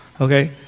Okay